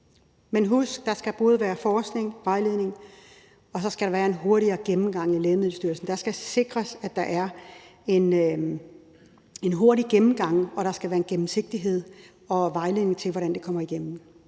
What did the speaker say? Men husk: Der skal både være forskning, vejledning og en hurtigere gennemgang i Lægemiddelstyrelsen. Der skal sikres, at der er en hurtig gennemgang, og der skal være en gennemsigtighed og vejledning til, hvordan det kommer igennem.